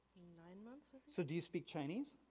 nine months. so do you speak chinese?